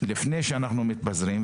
לפני שאנחנו מתפזרים,